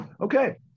Okay